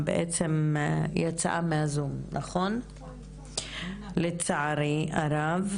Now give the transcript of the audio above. שיצאה מהזום לצערי הרב.